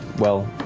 well,